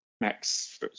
Max